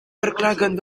verklagen